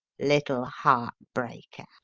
little heart-breaker!